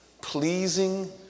Pleasing